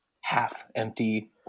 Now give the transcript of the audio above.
half-empty